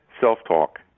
self-talk